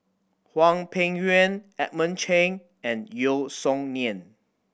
Hwang Peng Yuan Edmund Cheng and Yeo Song Nian